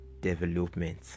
development